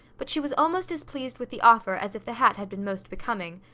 but she was almost as pleased with the offer as if the hat had been most becoming.